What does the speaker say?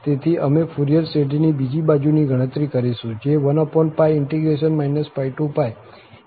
તેથી અમે ફુરિયર શ્રેઢીની બીજી બાજુની ગણતરી કરીશું જે 12∫ 2dx છે